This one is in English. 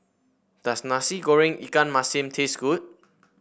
does Nasi Goreng Ikan Masin taste good